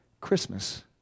Christmas